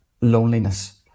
loneliness